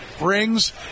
rings